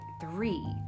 Three